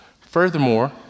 Furthermore